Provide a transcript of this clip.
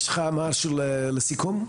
יש לך משהו לסיכום?